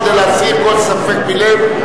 כדי להסיר כל ספק מלב,